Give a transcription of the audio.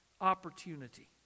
opportunity